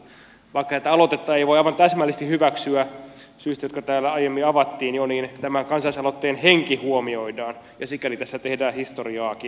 vaikka tätä aloitetta ei voi aivan täsmällisesti hyväksyä syystä jotka täällä aiemmin avattiin jo niin tämän kansalaisaloitteen henki huomioidaan ja sikäli tässä tehdään historiaakin